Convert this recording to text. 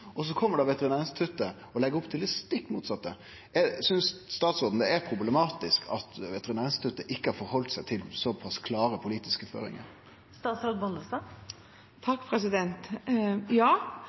Så kjem da Veterinærinstituttet og legg opp til det stikk motsette. Synest statsråden det er problematisk at Veterinærinstituttet ikkje har halde seg til så pass klare politiske